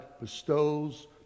bestows